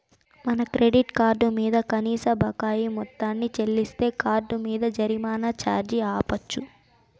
మన credit card మింద కనీస బకాయి మొత్తాన్ని చెల్లిస్తే కార్డ్ మింద జరిమానా ఛార్జీ ఆపచ్చు